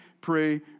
pray